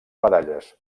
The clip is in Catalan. medalles